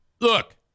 look